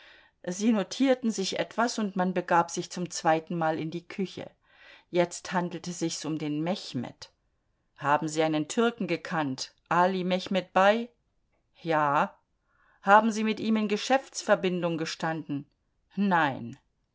sie notierten sich etwas und man begab sich zum zweitenmal in die küche jetzt handelte sich's um den mechmed haben sie einen türken gekannt ali mechmed bei ja haben sie mit ihm in geschäftsverbindung gestanden nein